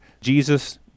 Jesus